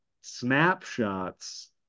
Snapshots